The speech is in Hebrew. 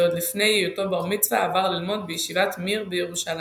ועוד לפני היותו בר מצווה עבר ללמוד בישיבת מיר בירושלים.